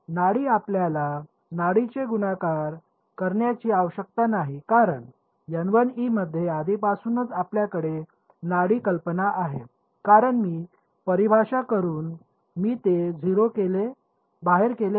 नाडी आपल्याला नाडीने गुणाकार करण्याची आवश्यकता नाही कारण मधे आधीपासूनच आपल्यामध्ये नाडी कल्पना आहे कारण मी परिभाषा करून मी ते 0 बाहेर केले आहे